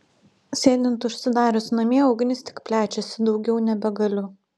sėdint užsidarius namie ugnis tik plečiasi daugiau nebegaliu